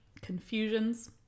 confusions